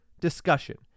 discussion